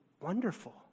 wonderful